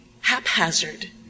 haphazard